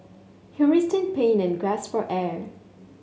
he writhed in pain and gasped for air